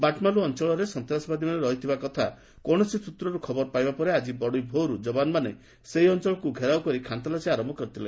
ବାଟମାଲୁ ଅଞ୍ଚଳରେ ସନ୍ତାସବାଦୀମାନେ ରହିଥିବା କଥା କୌଣସି ସ୍ତ୍ରରୁ ଖବର ପାଇବା ପରେ ଆଜି ବଡି ଭୋର୍ରୁ ଯବାନମାନେ ସେହି ଅଞ୍ଚଳକୁ ଘେରାଉ କରି ଖାନତଲାସୀ ଆରମ୍ଭ କରିଥିଲେ